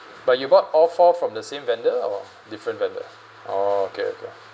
but you bought all four from the same vendor or different vendor oo okay okay